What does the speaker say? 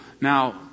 now